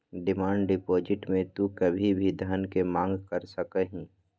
demand deposit में तू कभी भी धन के मांग कर सका हीं